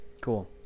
Cool